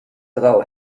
drau